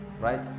right